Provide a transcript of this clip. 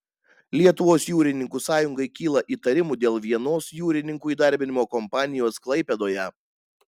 lietuvos jūrininkų sąjungai kyla įtarimų dėl vienos jūrininkų įdarbinimo kompanijos klaipėdoje